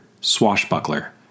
Swashbuckler